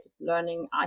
learning